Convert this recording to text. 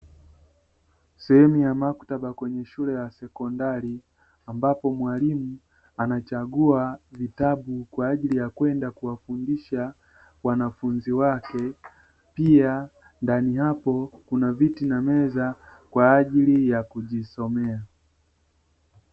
Sehemu ya maktaba kwenye shule ya sekondari. Ambapo mwalimu anachagua vitabu, kwa ajili ya kwenda kuwafundisha wanafunzi wake. Pia ndani yako kuna viti na meza kwa ajili ya kujisomea.